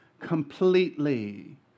completely